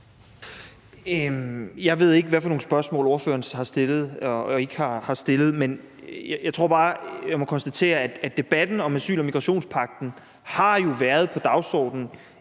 Jeg ved ikke, hvad for nogle spørgsmål ordføreren har stillet og ikke har stillet, men jeg tror bare, at jeg må konstatere, at debatten om asyl- og migrationspagten jo har været på dagsordenen